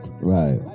right